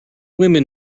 women